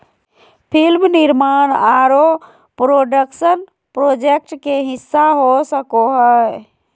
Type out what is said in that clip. film निर्माण आरो production project के हिस्सा हो सको हय